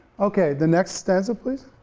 okay, the next stanza please.